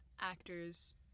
actors